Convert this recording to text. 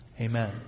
Amen